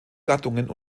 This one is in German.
gattungen